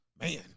man